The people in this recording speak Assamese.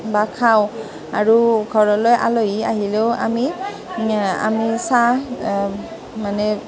বা খাওঁ আৰু ঘৰলৈ আলহী আহিলেও আমি আমি চাহ মানে